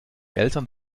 eltern